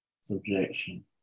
subjection